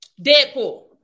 Deadpool